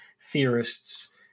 theorists